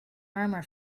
murmur